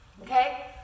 Okay